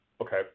Okay